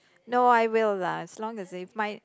no I will lah as long you said my